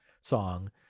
song